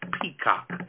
peacock